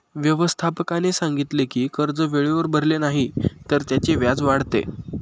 व्यवस्थापकाने सांगितले की कर्ज वेळेवर भरले नाही तर त्याचे व्याज वाढते